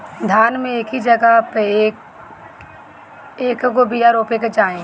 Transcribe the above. धान मे एक जगही पर कएगो बिया रोपे के चाही?